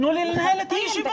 תנו לי לנהל את הישיבה.